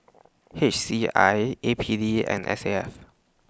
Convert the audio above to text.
H C I A P D and S A F